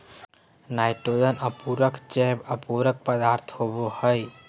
nitrogen उर्वरक जैव उर्वरक पदार्थ होबो हइ